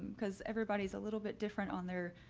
because everybody's a little bit different on their,